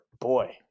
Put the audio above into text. boy